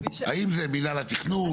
האם זה מינהל התכנון?